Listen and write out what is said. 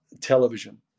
television